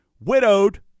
widowed